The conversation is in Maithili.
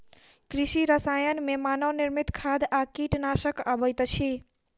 कृषि रसायन मे मानव निर्मित खाद आ कीटनाशक अबैत अछि